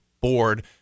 board